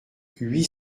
huit